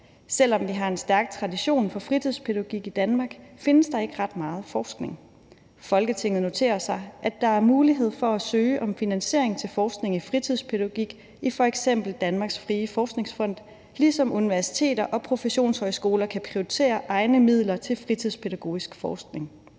Selv om vi har en stærk tradition for fritidspædagogik i Danmark, findes der ikke meget forskning. Folketinget noterer sig, at der er mulighed for at søge om finansiering til forskning i fritidspædagogik i f.eks. Danmarks Frie Forskningsfond, ligesom universiteter og professionshøjskoler kan prioritere egne midler til fritidspædagogisk forskning.